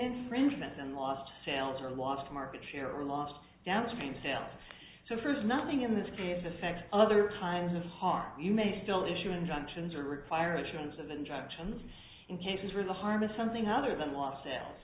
infringement and lost sales or lost market share or lost downstream sales so first nothing in this case affect other times of harm you may still issue an injunction to require issuance of injections in cases where the harm is something other than lost sales